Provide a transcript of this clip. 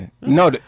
No